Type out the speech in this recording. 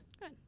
Good